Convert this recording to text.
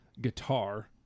guitar